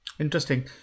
Interesting